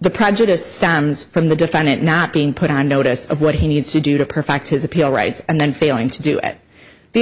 the prejudice stems from the defendant not being put on notice of what he needs to do to perfect his appeal rights and then failing to do it the